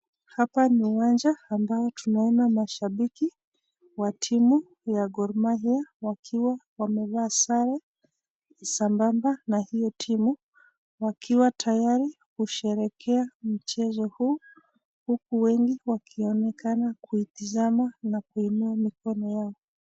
Hapa ni uwanja ambao tunaona mashabiki wa timu wa Gormahia wakiwa wamevaa sare sambamba na hiyo timu wakiwa tayari kusherehekea michezo huu huku wengi wakionekana kuitishana na kuinama mkono yao.